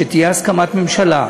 שתהיה הסכמת הממשלה.